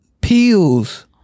pills